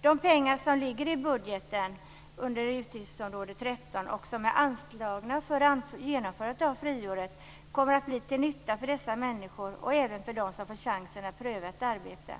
De pengar som ligger i budgeten under utgiftsområde 13 och som är anslagna för genomförandet av friåret kommer att bli till nytta för dessa människor och även för dem som får chansen att pröva ett arbete.